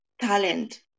talent